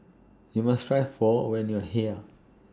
YOU must Try Pho when YOU Are here